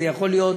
זו יכולה להיות